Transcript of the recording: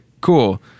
cool